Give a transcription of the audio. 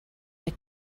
der